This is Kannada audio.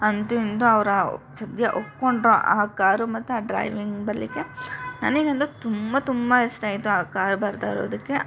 ಅಂತು ಇಂತು ಅವ್ರು ಆ ಸದ್ಯ ಒಪ್ಪಿಕೊಂಡ್ರು ಆ ಕಾರು ಮತ್ತು ಆ ಡ್ರೈವಿಂಗ್ ಬರಲಿಕ್ಕೆ ನನಗಂತು ತುಂಬ ತುಂಬ ಇಷ್ಟ ಆಯಿತು ಆ ಕಾರ್ ಬರ್ತಾ ಇರೋದಕ್ಕೆ